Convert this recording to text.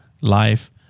life